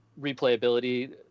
replayability